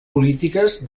polítiques